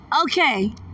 Okay